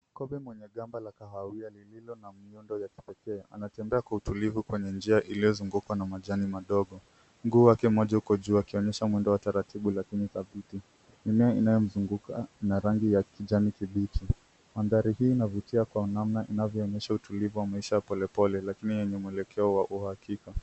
Kobe mwenye gamba la kahawia lenye miongo ya kipekee, anatembea kwa utulivu kwenye njia iliyozungukwa na majani madogo. Mguu wake mmoja uko juu akionyesha mwendo wa taratibu lakini thabiti. Mimea inayomzunguka ina rangi ya kijani kibichi. Mandhari hii inavutia kwa namna inavyoonyesha utulivu wa maisha ya polepole lakini yenye mwelekeo wa uhakika.